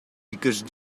because